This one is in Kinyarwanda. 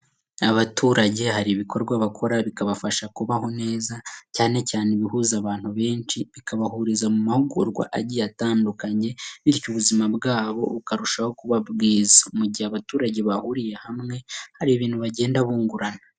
Abaturage hari ibikorwa bakora bikabafasha kubaho neza, cyane cyane ibihuza abantu benshi bikabahuriza mu mahugurwa agiye atandukanye bityo ubuzima bwabo bukarushaho kuba bwiza, mu gihe abaturage bahuriye hamwe hari ibintu bagenda bungurana.